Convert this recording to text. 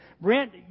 Brent